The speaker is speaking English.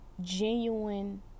genuine